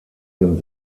dem